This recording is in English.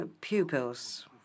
pupils